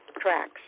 tracks